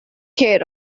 care